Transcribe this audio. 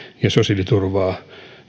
ja sosiaaliturvaa